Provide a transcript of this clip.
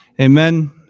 Amen